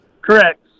Correct